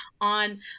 on